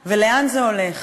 לאן זה הולך,